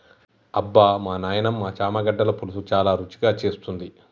అబ్బమా నాయినమ్మ చామగడ్డల పులుసు చాలా రుచిగా చేస్తుంది